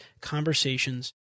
conversations